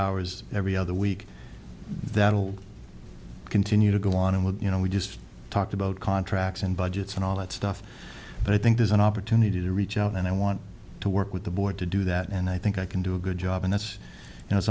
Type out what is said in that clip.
hours every other week that will continue to go on and we you know we just talked about contracts and budgets and all that stuff but i think there's an opportunity to reach out and i want to work with the board to do that and i think i can do a good job and that's